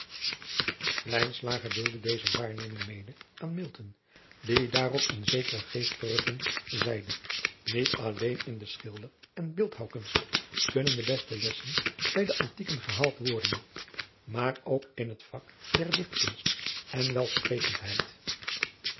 deelde deze waarneming mede aan die daarop in zekere geestverrukking zeide iet alleen in de schilder en beeldhouwkunst kunnen de beste lessen bij de ntieken gehaald worden maar ook in het vak der ichtkunst en elsprekendheid